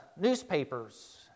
newspapers